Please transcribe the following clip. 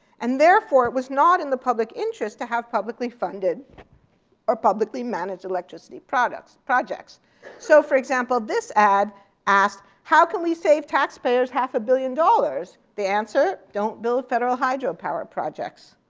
and therefore, it was not in the public interest to have publicly-funded or publicly-managed electricity products. so for example this ad asked, how can we save taxpayers half a billion dollars? the answer, don't build federal hydropower projects.